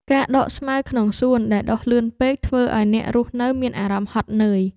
ការដកស្មៅក្នុងសួនដែលដុះលឿនពេក ធ្វើឱ្យអ្នករស់នៅមានអារម្មណ៍ហត់នឿយ។